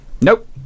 Nope